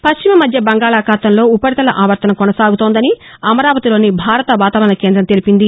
పశ్చిమ మధ్య బంగాళాఖాతంలో ఉపరితల ఆవర్తనం కొససాగుతోందని అమరావతిలోని భారత వాతావరణ కేంద్రం తెలిపింది